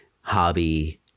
hobby